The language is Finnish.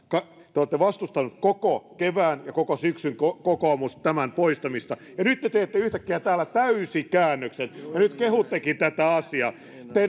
te kokoomus olette vastustaneet koko kevään ja koko syksyn tämän poistamista mutta nyt te teette yhtäkkiä täällä täyskäännöksen ja nyt kehuttekin tätä asiaa